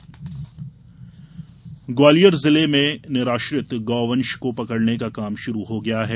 गौवंश ग्वालियर जिले में निराश्रित गौवंश को पकड़ने का काम शुरू हो गया है